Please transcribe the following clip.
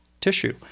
tissue